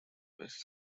west